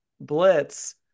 blitz